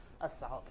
assault